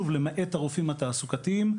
למעט הרופאים התעסוקתיים,